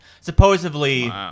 supposedly